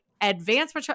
advanced